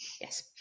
Yes